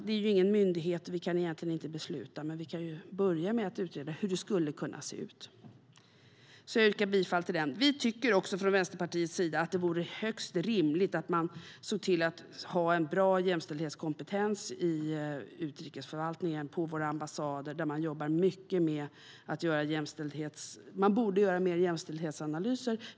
Det är ju ingen myndighet, och vi kan egentligen inte besluta. Men vi kan börja med att utreda hur det skulle kunna se ut. Vi tycker också från Vänsterpartiets sida att det vore högst rimligt att man såg till att ha en bra jämställdhetskompetens i utrikesförvaltningen på våra ambassader. Man borde göra mer jämställdhetsanalyser.